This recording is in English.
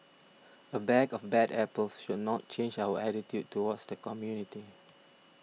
a bag of bad apples should not change our attitude towards the community